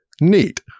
neat